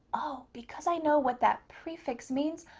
oh, because i know what that prefix means,